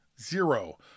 Zero